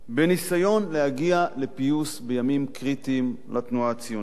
בניסיון להגיע לפיוס בימים קריטיים לתנועה הציונית.